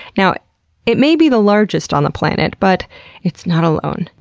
now it may be the largest on the planet, but it's not alone.